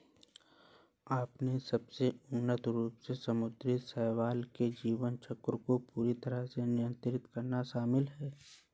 अपने सबसे उन्नत रूप में समुद्री शैवाल के जीवन चक्र को पूरी तरह से नियंत्रित करना शामिल है